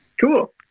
cool